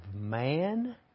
man